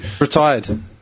Retired